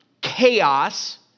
chaos